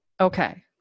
Okay